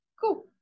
Cool